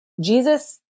Jesus